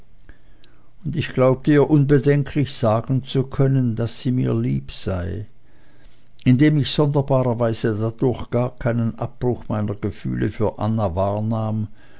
und ich glaubte ihr unbedenklich sagen zu können daß sie mir lieb sei indem ich sonderbarerweise dadurch gar keinen abbruch meiner gefühle für anna wahrnahm